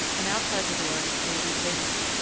and outside the door, maybe, safety.